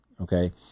okay